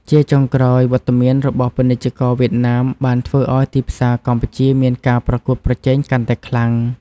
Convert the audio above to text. ជាចុងក្រោយ វត្តមានរបស់ពាណិជ្ជករវៀតណាមបានធ្វើឱ្យទីផ្សារកម្ពុជាមានការប្រកួតប្រជែងកាន់តែខ្លាំង។